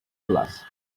glass